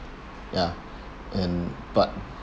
ya and but